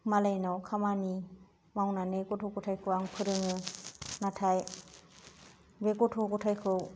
मालायनाव खामानि मावनानै गथ' गथायखौ आं फोरोङो नाथाय बे गथ' गथायखौ